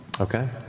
Okay